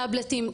טבלטים,